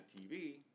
TV